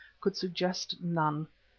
could suggest none.